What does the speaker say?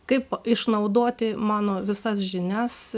kaip išnaudoti mano visas žinias